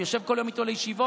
הוא יושב כל היום איתו לישיבות.